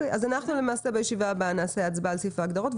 אז בישיבה הבאה נעשה הצבעה על סעיף ההגדרות,